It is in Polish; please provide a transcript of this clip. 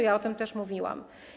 Ja o tym też mówiłam.